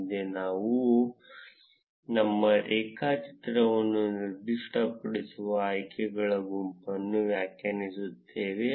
ಮುಂದೆ ನಾವು ನಮ್ಮ ರೇಖಾ ಚಿತ್ರವನ್ನು ನಿರ್ದಿಷ್ಟಪಡಿಸುವ ಆಯ್ಕೆಗಳ ಗುಂಪನ್ನು ವ್ಯಾಖ್ಯಾನಿಸುತ್ತೇವೆ